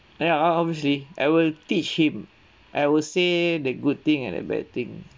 ya uh obviously I will teach him I will say the good thing and the bad thing